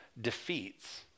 defeats